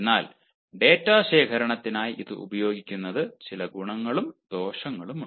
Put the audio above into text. എന്നാൽ ഡാറ്റ ശേഖരണത്തിനായി ഇത് ഉപയോഗിക്കുന്നത് ചില ഗുണങ്ങളും ദോഷങ്ങളുമുണ്ട്